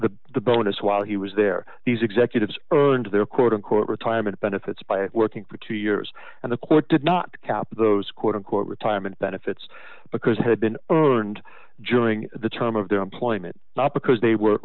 the bonus while he was there these executives earned their quote unquote retirement benefits by working for two years and the court did not cap those quote unquote retirement benefits because it had been earned during the term of their employment not because they were